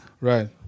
Right